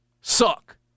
suck